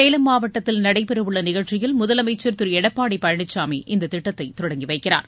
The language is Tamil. சேலம் மாவட்டத்தில் நடைபெறவுள்ள நிகழ்ச்சியில் முதலமைச்சர் திரு எடப்பாடி பழனிசாமி இந்தத் திட்டத்தை தொடங்கி வைக்கிறார்